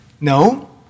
No